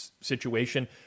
situation